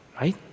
right